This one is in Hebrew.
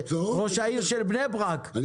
ראש העיר של בני ברק,